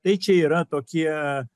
tai čia yra tokie